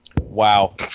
Wow